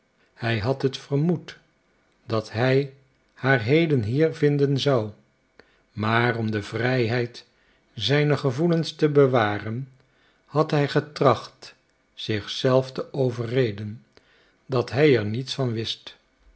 hij had het vermoed dat hij haar heden hier vinden zou maar om de vrijheid zijner gevoelens te bewaren had hij getracht zich zelf te overreden dat hij er niets van wist